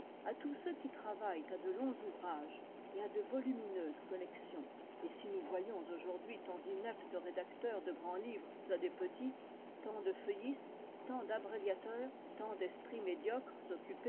à tous ceux qui travaillent à de longs ouvrages et à de volumineuses collections et si nous voyons aujourd'hui tant d'ineptes rédacteurs de grands livres à des petits tant de feuillistes tant d'abréviateurs tant d'esprits médiocres